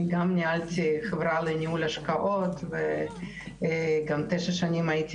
אני גם ניהלתי חברה לניהול השקעות וגם תשע שנים הייתי